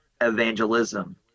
evangelism